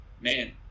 man